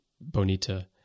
Bonita